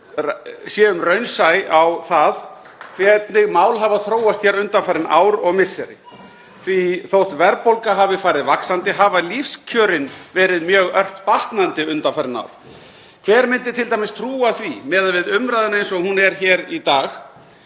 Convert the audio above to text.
séum raunsæ á það hvernig mál hafa þróast undanfarin ár og misseri því þótt verðbólga hafi farið vaxandi hafa lífskjörin farið mjög ört batnandi undanfarin ár. Hver myndi t.d. trúa því, miðað við umræðuna eins og hún er hér í dag,